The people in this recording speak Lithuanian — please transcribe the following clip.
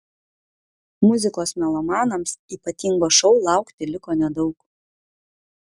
muzikos melomanams ypatingo šou laukti liko nedaug